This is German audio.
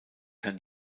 kann